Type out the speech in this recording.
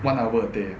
one hour a day